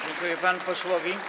Dziękuję panu posłowi.